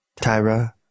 Tyra